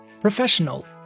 professional